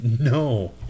No